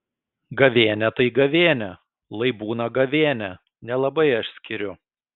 gavėnia tai gavėnia lai būna gavėnia nelabai aš skiriu